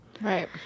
Right